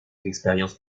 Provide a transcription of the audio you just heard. d’expérience